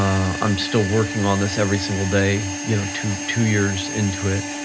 um i'm still working on this every single day you know two two years into it,